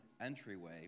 entryway